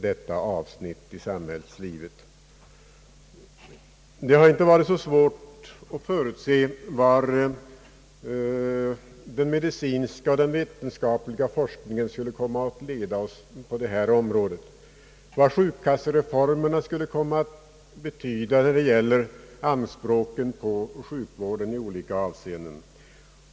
Det har inte varit så svårt att förutse vart den medicinska och den övriga vetenskapliga forskningen skulle komma att leda oss och vad sjukkassereformerna skulle komma att betyda då det gäller anspråken på sjukvården i olika avseenden.